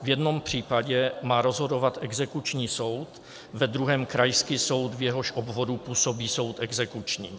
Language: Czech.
V jednom případě má rozhodovat exekuční soud, ve druhém krajský soud, v jehož obvodu působí soud exekuční.